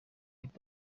hip